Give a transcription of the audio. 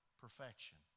perfection